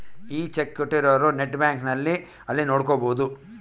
ಈ ಚೆಕ್ ಕೋಟ್ಟಿರೊರು net banking ಅಲ್ಲಿ ನೋಡ್ಕೊಬೊದು